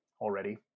already